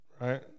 Right